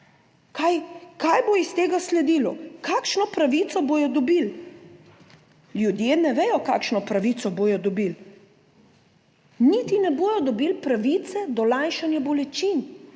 kaj bo iz tega sledilo, kakšno pravico bodo dobili? Ljudje ne vedo, kakšno pravico bodo dobili. Niti ne bodo dobili pravice do lajšanja bolečin,